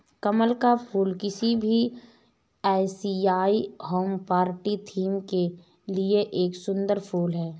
कमल का फूल किसी भी एशियाई होम पार्टी थीम के लिए एक सुंदर फुल है